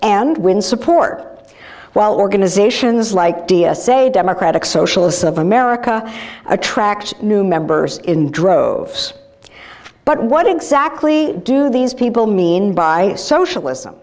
and win support while organizations like dia say democratic socialists of america attract new members in droves but what exactly do these people mean by socialism